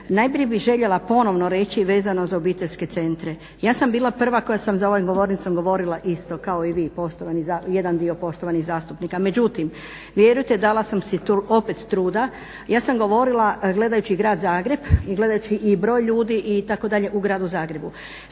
Najprije bih željela ponovno reći vezano za obiteljske centre. Ja sam bila prva koja sam za ovom govornicom govorila isto kao i vi jedan dio poštovanih zastupnika. Međutim, vjerujte dala sam si opet truda, ja sam govorila gledajući grad Zagreb i gledajući i broj ljudi itd u gradu Zagrebu.